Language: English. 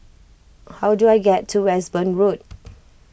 how do I get to Westbourne Road